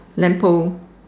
lamp pole